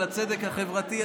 על הצדק החברתי.